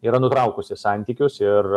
yra nutraukusi santykius ir